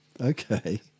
Okay